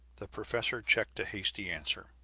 the professor checked a hasty answer.